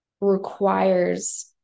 requires